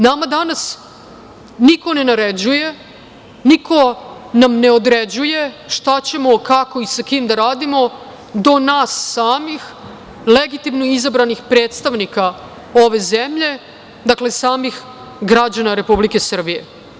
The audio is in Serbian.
Nama danas niko ne naređuje, niko nam ne određuje šta ćemo, kako i sa kim da radimo, do nas samih, legitimno izabranih predstavnika ove zemlje, dakle, samih građana Republike Srbije.